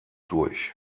durch